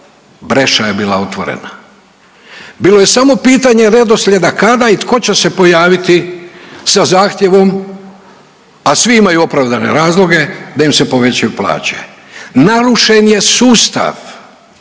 Breša je bila otvorena, bilo je samo pitanje redoslijeda kada i tko će se pojaviti sa zahtjevom, a svi imaju opravdane razloge da im se povećaju plaće. Narušen je sustav,